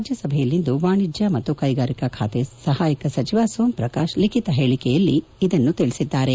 ರಾಜ್ವಸಭೆಯಲ್ಲಿಂದು ವಾಣಿಜ್ವ ಮತ್ತು ಕೈಗಾರಿಕೆ ಖಾತೆ ಸಹಾಯಕ ಸಚಿವ ಸೋಮ್ ಪ್ರಕಾಶ್ ಲಿಖಿತ ಹೇಳಿಕೆಯಲ್ಲಿ ತಿಳಿಸಿದ್ದಾರೆ